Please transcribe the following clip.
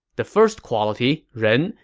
the first quality, ren,